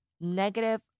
negative